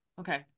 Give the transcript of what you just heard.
Okay